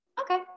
okay